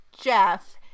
Jeff